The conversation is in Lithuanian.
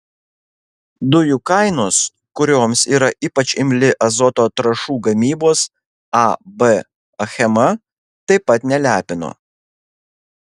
dujų kainos kurioms yra ypač imli azoto trąšų gamybos ab achema taip pat nelepino